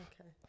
Okay